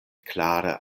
klare